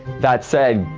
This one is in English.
that said,